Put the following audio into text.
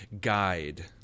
guide